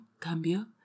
cambio